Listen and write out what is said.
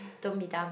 don't be dumb